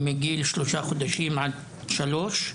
מגיל שלושה חודשים עד שלוש.